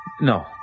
No